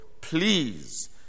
please